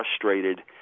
frustrated